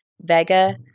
Vega